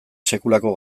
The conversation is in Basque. sekulako